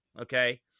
okay